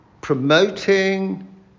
promoting